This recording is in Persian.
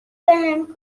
بهم